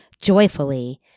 joyfully